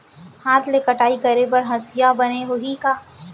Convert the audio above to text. हाथ ले कटाई करे बर हसिया बने होही का?